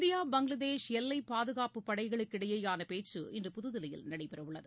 India Bangladesh எல்லைப்பாதுகாப்பு படைகளுக்கிடையேயானபேச்சுக்கள் இன்று புதுதில்லியில் நடைபெறவுள்ளன